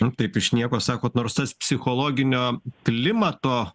nu taip iš nieko sakot nors tas psichologinio klimato